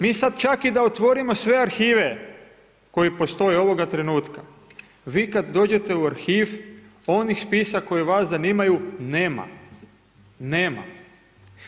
Mi sad čak i da otvorimo sve arhive koji postoje ovoga trenutka, vi kad dođete u arhiv onih spisa koji vas zanimaju nema, nema.